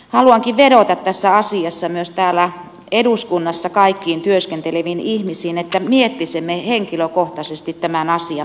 haluankin vedota tässä asiassa myös kaikkiin täällä eduskunnassa työskenteleviin ihmisiin että miettisimme henkilökohtaisesti tämän asian merkitystä